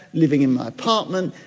living in my apartment.